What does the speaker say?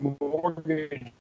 mortgage